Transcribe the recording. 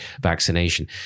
vaccination